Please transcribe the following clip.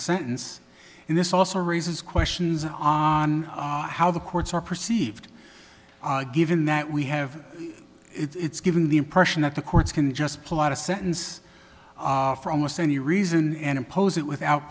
sentence and this also raises questions on how the courts are perceived given that we have it's given the impression that the courts can just pull out a sentence for almost any reason and impose it without